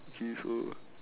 okay so